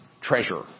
Treasure